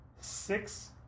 six